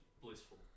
blissful